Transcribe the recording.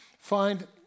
find